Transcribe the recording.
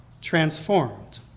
transformed